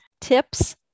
tips